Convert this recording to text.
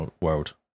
world